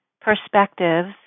perspectives